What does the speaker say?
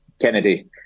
Kennedy